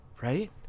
Right